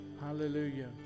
hallelujah